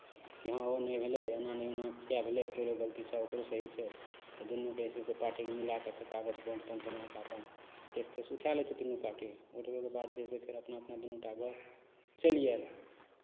कि हँ ओ नहि भेलै एना ने ओना किएक भेलै तोरो गलती छह ओकरो सही छै तऽ दुनूके जे छै से पार्टीकेँ मिला कऽ फेर कागज बॉण्ड तॉण्ड बना कऽ अपन केस तेस उठाए लै छै दुनू पार्टी उठबैके बाद छै से फेर अपना अपना दुनू टा घर चलि आयल